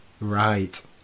Right